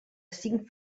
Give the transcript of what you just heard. cinc